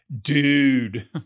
dude